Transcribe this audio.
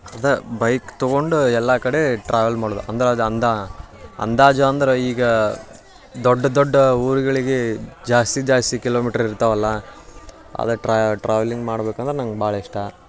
ಅದು ಬೈಕ್ ತೊಗೊಂಡು ಎಲ್ಲ ಕಡೆ ಟ್ರಾವೆಲ್ ಮಾಡೋದು ಅಂದಾಜು ಅಂದ ಅಂದಾಜು ಅಂದ್ರೆ ಈಗ ದೊಡ್ಡ ದೊಡ್ಡ ಊರ್ಗಳಿಗೆ ಜಾಸ್ತಿ ಜಾಸ್ತಿ ಕಿಲೋಮೀಟ್ರ್ ಇರ್ತವಲ್ಲ ಅದು ಟ್ರಾವೆಲಿಂಗ್ ಮಾಡ್ಬೇಕಂದ್ರೆ ನಂಗೆ ಭಾಳ ಇಷ್ಟ